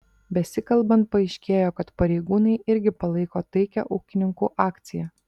besikalbant paaiškėjo kad pareigūnai irgi palaiko taikią ūkininkų akciją